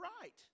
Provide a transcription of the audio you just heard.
right